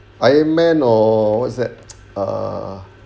iron man or what's that uh